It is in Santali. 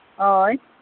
ᱦᱳᱭ